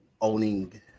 owning